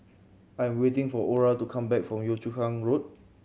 I am waiting for Orah to come back from Yio Chu Kang Road